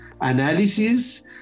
analysis